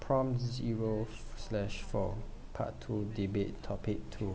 prompt zero slash four part two debate topic two